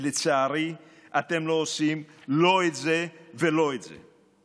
ולצערי אתם לא עושים לא את זה ולא את זה.